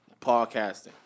podcasting